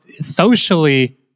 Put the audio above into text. Socially